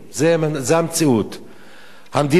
המדינה עושה מעל ומעבר.